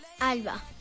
Alba